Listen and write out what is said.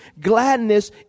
gladness